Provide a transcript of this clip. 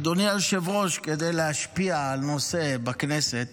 אדוני היושב-ראש, כדי להשפיע על נושא בכנסת